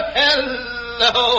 hello